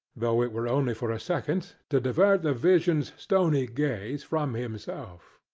though it were only for a second, to divert the vision's stony gaze from himself.